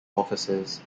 officers